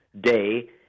day